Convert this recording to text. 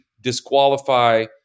disqualify